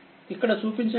ఇక్కడ చూపించండి